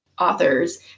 authors